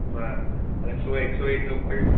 બરાબર એટલે સો એકસો એક લોકો છે